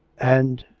and.